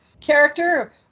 character